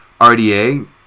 RDA